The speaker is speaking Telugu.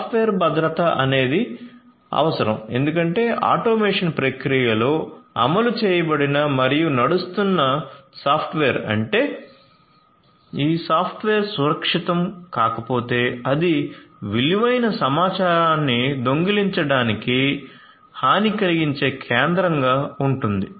సాఫ్ట్వేర్ భద్రత అనేది అవసరం ఎందుకంటే ఆటోమేషన్ ప్రక్రియలో అమలు చేయబడిన మరియు నడుస్తున్న సాఫ్ట్వేర్ ఉంటే ఆ సాఫ్ట్వేర్ సురక్షితం కాకపోతే అది విలువైన సమాచారాన్ని దొంగిలించడానికి హాని కలిగించే కేంద్రంగా ఉంటుంది